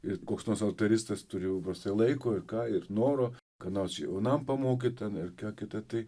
ir koks nors altaristas turi paprastai laiko ir ką ir noro ką nors jaunam pamokyti ten ar kita tai